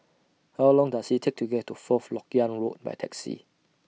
How Long Does IT Take to get to Fourth Lok Yang Road By Taxi